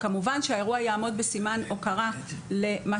כמובן שהאירוע יעמוד בסימן הוקרה למה